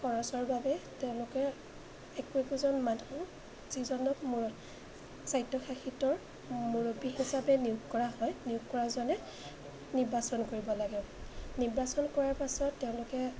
খৰচৰ বাবে তেওঁলোকে একো একোজন মানুহ যিজনক স্বায়ত্তশাসিতৰ মুৰব্বী হিচাপে নিয়োগ কৰা হয় নিয়োগ কৰাজনে নিৰ্বাচন কৰিব লাগে নিৰ্বাচন কৰাৰ পাছত তেওঁলোকে